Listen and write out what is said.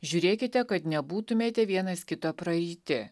žiūrėkite kad nebūtumėte vienas kito praeiti